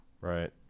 Right